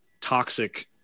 toxic